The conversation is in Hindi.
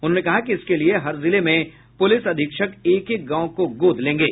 उन्होंने कहा कि इसके लिए हर जिले में प्रलिस अधीक्षक एक एक गांव को गोद लेंगे